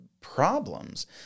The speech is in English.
problems